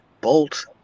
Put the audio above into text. Bolt